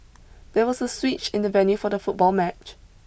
there was a switch in the venue for the football match